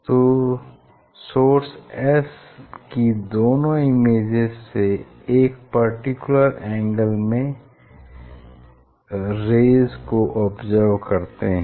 तो source S की दोनों इमेजेज से एक पर्टिकुलर एंगल में रेज़ को ऑब्ज़र्व करते हैं